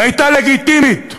והייתה לגיטימית,